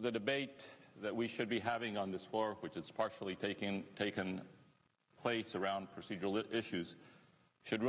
the debate that we should be having on this floor which is partially taking taken place around procedural issues should